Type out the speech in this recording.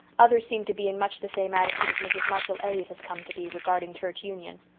others seem to be in much the same attitude as mrs. marshall elliott has come to be regarding church union.